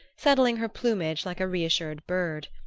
settling her plumage like a reassured bird.